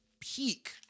peak